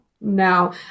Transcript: No